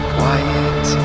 Quiet